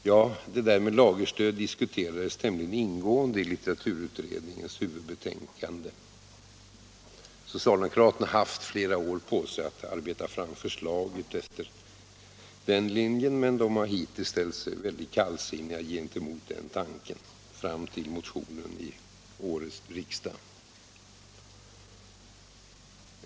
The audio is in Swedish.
Frågan om lagerstöd diskuterades tämligen ingående i litteraturutredningens huvudbetänkande. Socialdemokraterna har haft flera år på sig att arbeta fram förslag i denna riktning, men de har hittills — fram till den nu aktuella motionen — ställt sig kallsinniga gentemot den tanken.